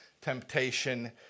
temptation